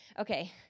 Okay